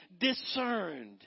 discerned